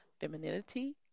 femininity